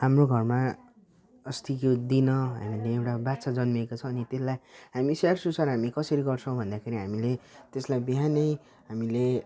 हाम्रो घरमा अस्तिको दिन हामीले एउटा बाच्छा जन्मेको छ अनि त्यसलाई हामी स्याहारसुसार हामी कसरी गर्छौँ भन्दाखेरि हामीले त्यसलाई बिहानै हामीले